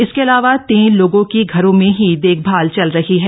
इसके अलावा तीन लोगों की घरों में ही देखभाल चल रही है